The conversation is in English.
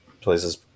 Places